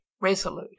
resolute